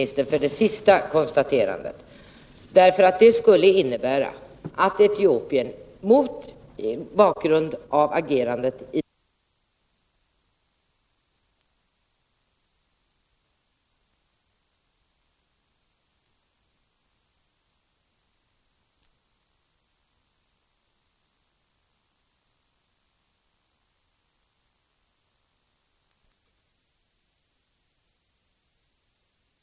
Jag ber att få tacka utrikesministern för det sista konstaterandet, därför att det skulle innebära att Etiopien — mot bakgrund av agerandet i bl.a. den här frågan och svikna löften och förutsättningar — egentligen inte skulle kunna vara ett svenskt biståndsland.